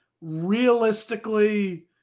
realistically